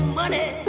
money